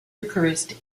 eucharist